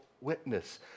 witness